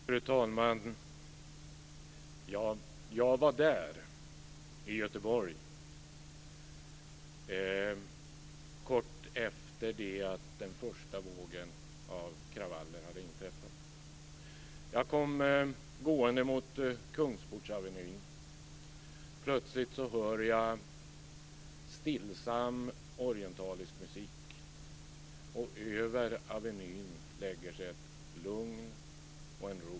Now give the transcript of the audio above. Fru talman! Jag var i Göteborg kort efter det att den första vågen av kravaller hade inträffat. Jag kom gående mot Kungsportsavenyn. Plötsligt hör jag stillsam orientalisk musik, och över avenyn lägger sig ett lugn och en ro.